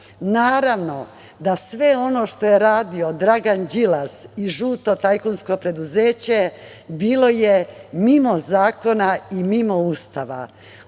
Naravno da sve ono što je radio Dragan Đilas i žuto tajkunsko preduzeće je bilo mimo zakona i mimo Ustava.